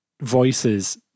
voices